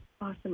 Awesome